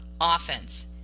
offense